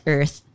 Earth